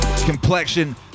Complexion